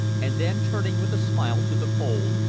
and then turning with a smile to the pole,